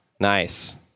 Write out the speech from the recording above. Nice